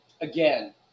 Again